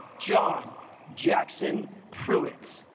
john jackson cruets